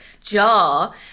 jar